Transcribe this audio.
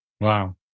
Wow